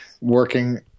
working